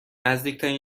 نزدیکترین